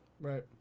right